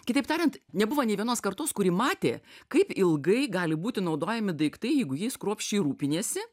kitaip tariant nebuvo nė vienos kartos kuri matė kaip ilgai gali būti naudojami daiktai jeigu jais kruopščiai rūpiniesi